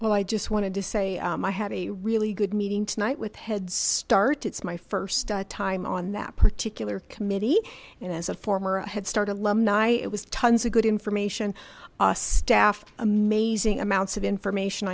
well i just wanted to say i have a really good meeting tonight with head start it's my first time on that particular committee and as a former head start alumni it was tons of good information staff amazing amounts of information